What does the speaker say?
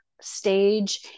stage